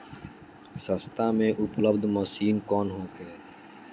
सस्ता में उपलब्ध मशीन कौन होखे?